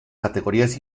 categorías